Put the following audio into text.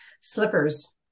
slippers